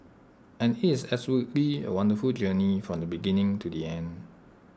and is absolutely A wonderful journey from the beginning to the end